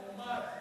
מאומץ, מאומץ.